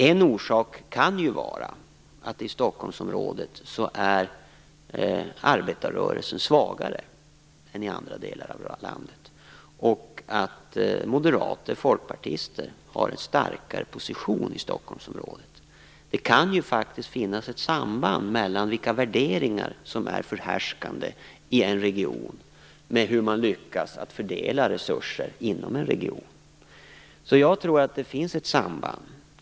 En orsak kan vara att arbetarrörelsen är svagare i Stockholmsområdet än i andra delar av landet. Moderater och folkpartister har en starkare position i Stockholmsområdet. Det kan faktiskt finnas ett samband mellan vilka värderingar som är förhärskande i en region och hur man lyckas fördela resurser inom en region. Jag tror att det finns ett samband.